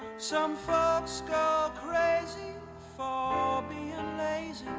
some folks go crazy for bein' lazy